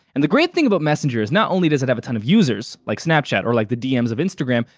and the great thing about messenger is not only does it have a ton of users, like snapchat or like the dms of instagram,